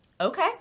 okay